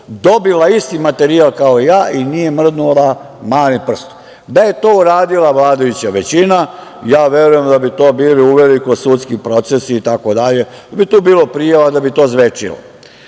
dobila isti materijal kao i ja i nije mrdnula malim prstom. Da je to uradila vladajuća većina, ja verujem da bi to bilo uveliko sudski proces itd, da bi tu bilo prijava, da bi to zvečalo. Da